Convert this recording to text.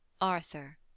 Arthur